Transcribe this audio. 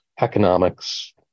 economics